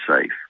safe